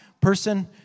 person